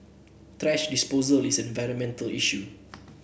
thrash disposal is an environmental issue